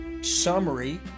summary